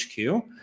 HQ